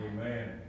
Amen